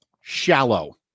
shallow